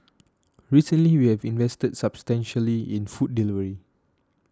recently we have invested substantially in food delivery